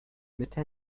mitte